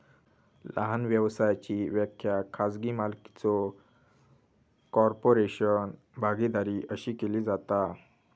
लहान व्यवसायाची व्याख्या खाजगी मालकीचो कॉर्पोरेशन, भागीदारी अशी केली जाता